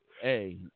hey